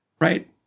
right